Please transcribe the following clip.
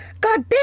God